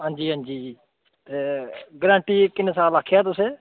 हांजी हांजी गरंटी किन्ने साल आखेआ तुहे